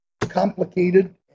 complicated